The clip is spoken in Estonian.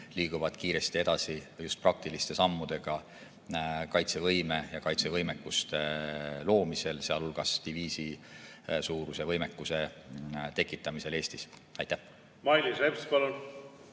liiguvad kiiresti edasi just praktiliste sammudega kaitsevõime loomisel, sealhulgas diviisi suuruse võimekuse tekitamisel Eestis. Mailis Reps, palun!